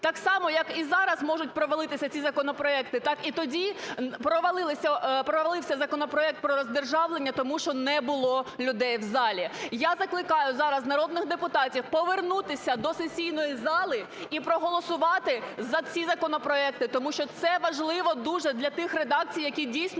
так само, як і зараз, можуть провалитися ці законопроекти, так і тоді провалився законопроект про роздержавлення, тому що не було людей в залі. Я закликаю зараз народних депутатів повернутися до сесійної зали і проголосувати за ці законопроекти, тому що це важливо дуже для тих редакцій, які, дійсно,